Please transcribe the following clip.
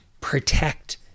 protect